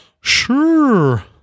Sure